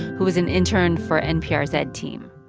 who was an intern for npr's ed team.